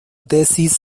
tesis